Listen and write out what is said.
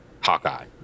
Hawkeye